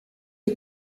aux